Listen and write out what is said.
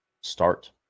start